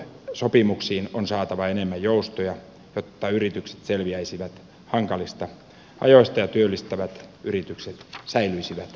myös työsopimuksiin on saatava enemmän joustoja jotta yritykset selviäisivät hankalista ajoista ja työllistävät yritykset säilyisivät kotimaassa